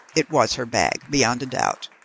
it was her bag, beyond a doubt.